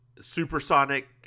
supersonic